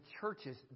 churches